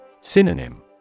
Synonym